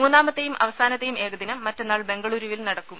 മൂന്നാമത്തെയും അവസാനത്തെയും ഏകദിനം മറ്റന്നാൾ ബംഗുളൂരുവിൽ നടക്കും